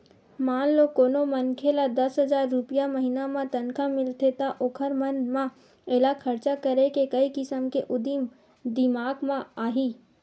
मान लो कोनो मनखे ल दस हजार रूपिया महिना म तनखा मिलथे त ओखर मन म एला खरचा करे के कइ किसम के उदिम दिमाक म आही